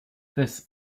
this